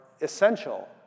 essential